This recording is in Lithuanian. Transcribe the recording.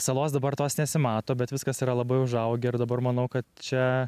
salos dabar tos nesimato bet viskas yra labai užaugę ir dabar manau kad čia